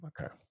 Okay